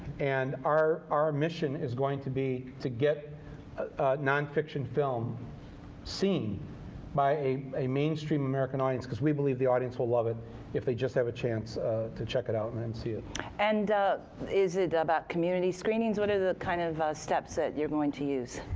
and our our mission is going to be to get nonfiction film seen by a a mainstream american audience because we believe the audience will love it if they just have a chance to check it out and and see it. cortes and is it about community screenings? what are the kind of steps that you're going to use?